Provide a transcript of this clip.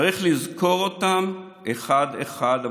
צריך לזכור אותם אחד-אחד,